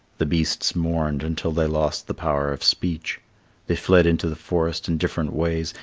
the beasts mourned until they lost the power of speech they fled into the forest in different ways,